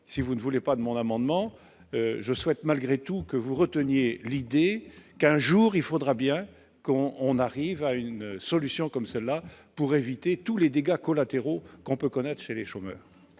si vous ne voulez pas de mon amendement, je souhaite malgré tout que vous retenez l'idée qu'un jour il faudra bien qu'on on arrive à une solution comme celle-là, pour éviter tous les dégâts collatéraux qu'on peut connaître chez les chômeurs.